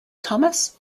thomas